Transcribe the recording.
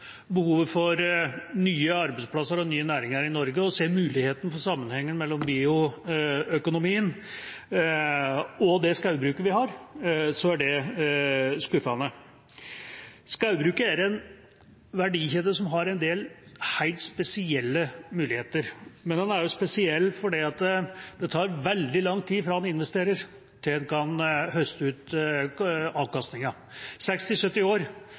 behovet for nye arbeidsplasser og nye næringer i Norge og å se muligheten for sammenhenger mellom bioøkonomi og det skogbruket vi har, er det skuffende. Skogbruket er en verdikjede som har en del helt spesielle muligheter. Den er også spesiell fordi det tar veldig lang tid fra en investerer til en kan høste inn avkastningen – 60–70 år